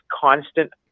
constant